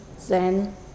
Zen